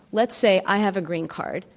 let's say i have a green card,